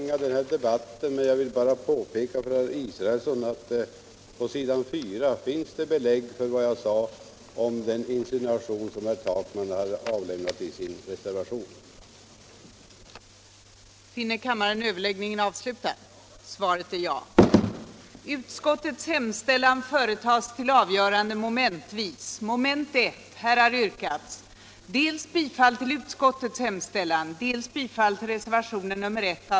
Jag vill inte förlänga den här debatten, utan jag vill bara påpeka för herr Israelsson att det på s. 4 i betänkandet finns belägg för vad jag sade om den insinuation som herr Takman gör i den reservation han avlämnat.